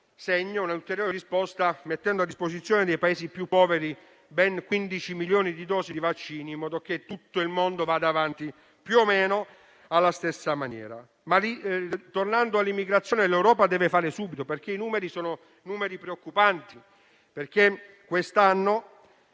dato un'ulteriore risposta mettendo a disposizione dei Paesi più poveri ben 15 milioni di dosi di vaccini, in modo che tutto il mondo vada avanti più o meno alla stessa maniera. Tornando all'immigrazione, però, l'Europa deve fare presto, perché i numeri sono preoccupanti. Quest'anno,